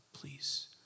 Please